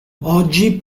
oggi